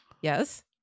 Yes